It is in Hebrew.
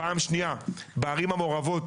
פעם שנייה בערים המעורבות,